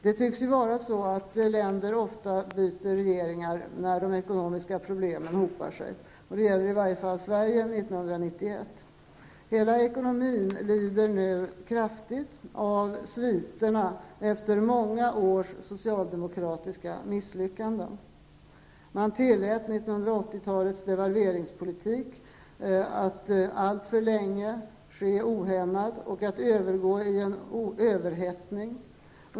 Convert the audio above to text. Det tycks vara så, att länder ofta byter regeringar när de ekonomiska problemen hopar sig. Det gäller i varje fall Sverige 1991. Hela ekonomin lider nu kraftigt av sviterna efter många års socialdemokratiska misslyckanden. 1980-talets devalveringspolitik tilläts att alltför länge fortsätta ohämmat och att övergå i överhettning.